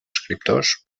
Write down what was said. escriptors